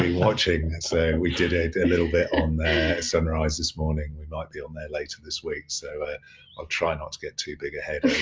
watching. and so we did a little bit on sunrise this morning. we might be on there later this week. so i'll try not to get too big a head